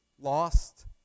lost